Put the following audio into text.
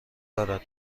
دارد